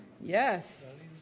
Yes